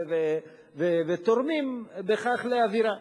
ותורמים בכך לאווירה.